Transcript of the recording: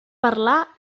parlar